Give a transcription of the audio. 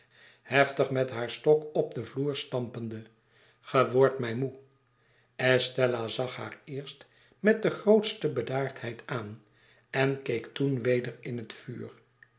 heftig met haar stok op den vloer stampende ge wordt mij moe estella zag haar eerst met de grootste bedaardheid aan en keek toen weder in het vuur